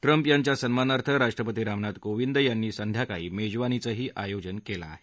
Trump यांच्या सन्मानार्थ राष्ट्रपती रामनाथ कोविंद यांनी संध्याकाळी मेजवानीचं अयोजन केलं आहे